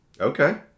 Okay